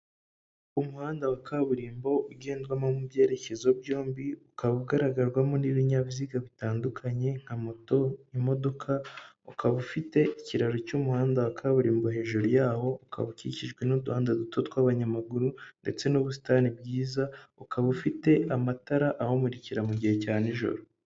Umuhanda wa kaburimbo ugendwamo mu byerekezo byombi, ukaba ugaragarwamo n'ibinyabiziga bitandukanye nka moto, imodoka, ukaba ufite ikiraro cy'umuhanda wa kaburimbo hejuru yawo, ukaba ukikijwe n'uduhanda duto tw'abanyamaguru ndetse n'ubusitani bwiza, ukaba ufite amatara awumurikira mu gihe cya n'ijoro.